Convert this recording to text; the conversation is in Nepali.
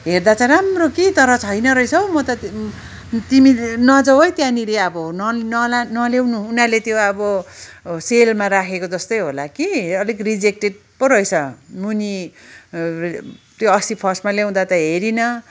हेर्दा चाहिँ राम्रो कि तर छैन रहेछ हौ म त तिमीले नजाऊ है त्यहाँनिर अब न न नल्याउनु उनीहरूले त्यो अब सेलमा राखेको जस्तै होला कि अलिक रिजेक्टेट पो रहेछ मुनि त्यो अस्ति फर्स्टमा ल्याउँदा त हेरिनँ